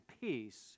peace